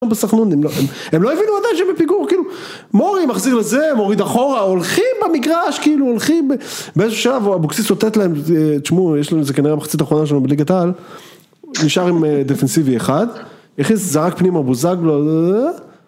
הם לא הבינו עדיין שהם בפיגור כאילו מורי מחזיר לזה מוריד אחורה הולכים במגרש כאילו הולכים באיזשהו שלב אבוקסיס אותת להם תשמעו יש לנו איזה כנראה מחצית אחרונה שלנו בליגת העל, נשאר עם דפנסיבי אחד. הכניס זרק פנימה בוזגלו